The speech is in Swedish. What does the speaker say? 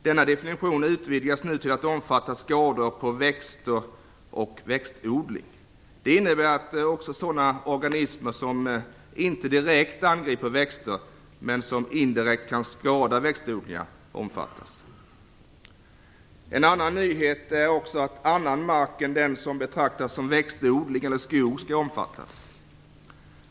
Denna definition utvidgas nu till att omfatta skador på växter och växtodling. Det innebär att också sådana organismer som inte direkt angriper växter men som indirekt kan skada växtodlingar omfattas. En annan nyhet är att även annan mark än den som betraktas som växtodling eller skog skall omfattas.